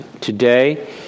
today